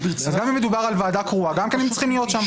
אז גם אם מדובר על ועדה קרואה הם גם צריכים להיות שם,